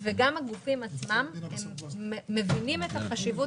וגם הגופים עצמם מבינים את החשיבות